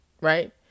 Right